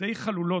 די חלולות,